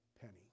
penny